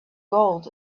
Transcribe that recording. gold